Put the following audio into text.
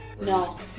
no